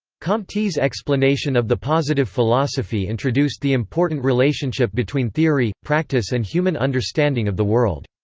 comte's explanation of the positive philosophy introduced the important relationship between theory, practice and human understanding of the world.